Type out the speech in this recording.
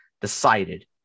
decided